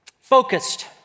focused